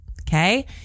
okay